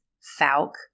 Falk